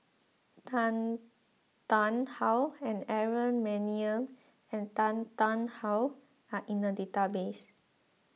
Tan Tarn How and Aaron Maniam and Tan Tarn How are in the database